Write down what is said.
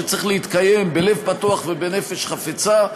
שצריך להתקיים בלב פתוח ובנפש חפצה.